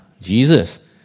Jesus